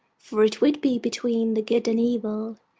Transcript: for it would be between the good and evil,